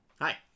hi